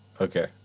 Okay